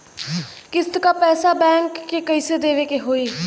किस्त क पैसा बैंक के कइसे देवे के होई?